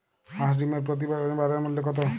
হাঁস ডিমের প্রতি ডজনে বাজার মূল্য কত?